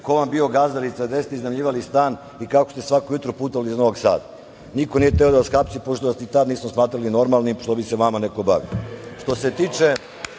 ko vam je bio gazdarica, gde ste iznajmljivali stan i kako ste svako jutro putovali iz Novog Sada. Niko nije hteo da vas hapsi, pošto vas ni tad nismo smatrali normalnim, što bi se vama neko